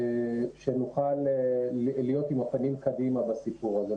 ושנוכל להיות עם הפנים קדימה בסיפור הזה.